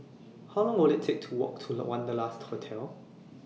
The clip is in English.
How Long Will IT Take to Walk to Wanderlust Hotel